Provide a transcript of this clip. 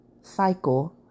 cycle